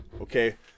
okay